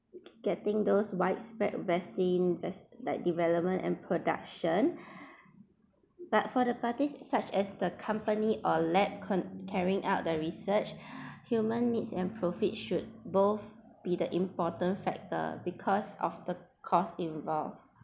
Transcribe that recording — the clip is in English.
getting those widespread vaccine that's like development and production but for the parties such as the company or lab ca~ carrying out the research human needs and profit should both be the important factors because of the costs involved